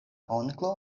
onklo